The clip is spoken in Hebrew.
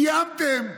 קיימתם,